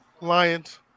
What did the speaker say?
Lions